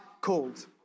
called